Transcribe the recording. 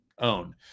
Own